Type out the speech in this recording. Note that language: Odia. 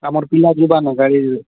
ତମର ପିଲା ଯିବାନା ଗାଡ଼ିରେ